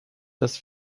dass